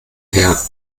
her